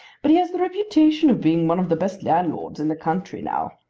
but he has the reputation of being one of the best landlords in the country now.